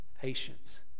patience